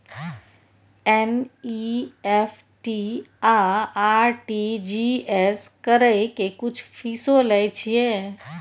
NEFT आ RTGS करै के कुछो फीसो लय छियै?